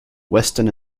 western